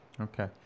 Okay